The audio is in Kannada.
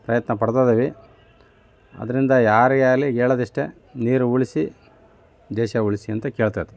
ಪ್ರಯತ್ನ ಪಡ್ತಾಯಿದ್ದೀವಿ ಆದ್ದರಿಂದ ಯಾರಿಗೇ ಆಗಲಿ ಹೇಳೋದಿಷ್ಟೆ ನೀರು ಉಳಿಸಿ ದೇಶ ಉಳಿಸಿ ಅಂತ ಕೇಳ್ತಾಯಿದ್ದೀನಿ